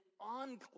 enclave